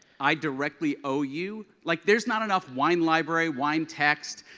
i directly owe you. like there's not enough wine library, wine text,